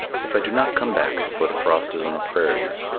if i do not come back before the frost is on the prairies,